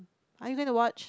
are you going to watch